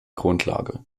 grundlage